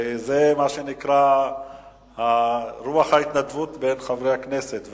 זה מה שנקרא רוח ההתנדבות בין חברי הכנסת,